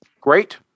Great